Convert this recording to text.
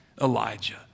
Elijah